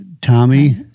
Tommy